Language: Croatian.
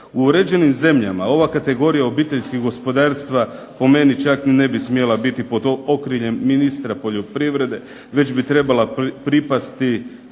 U uređenim zemljama ova kategorija obiteljskih gospodarstva po meni čak ni ne bi smjela biti pod okriljem ministra poljoprivrede već bi trebala pripasti